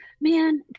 man